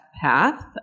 path